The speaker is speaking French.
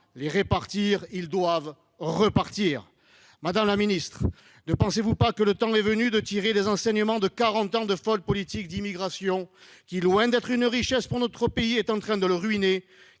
les répartir ; ils doivent repartir ! Madame la ministre, ne pensez-vous pas que le temps soit venu de tirer les enseignements de quarante ans de folle politique d'immigration. Loin d'être une richesse pour notre pays, l'immigration est en train de le ruiner ;